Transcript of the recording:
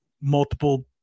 multiple